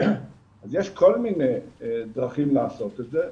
אז יש כל מיני דרכים לעשות את זה.